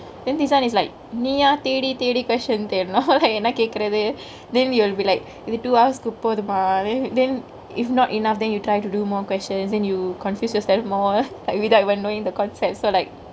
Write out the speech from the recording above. then this one is like நீயா தேடி தேடி:neeya thedi thedi question தேடனு என்ன கேக்குரது:thedanu enna kekurathu then you'll be like இது: ithu two hours கு போதுமா:ku pothumaa then then if not enough then you try to do more questions then you confuse yourself more without even knowingk the concept so like